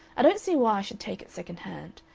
i don't see why i should take it second-hand.